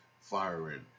firing